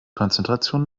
konzentration